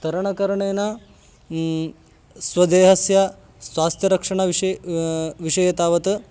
तरणकरणेन स्वदेहस्य स्वास्थ्यरक्षणविषये विषये तावत्